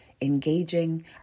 engaging